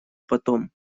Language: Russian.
потом